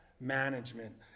management